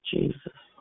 Jesus